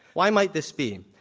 why might this be?